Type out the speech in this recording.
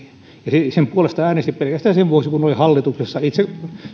sen puolesta äänesti pelkästään sen vuoksi kun oli hallituksessa itse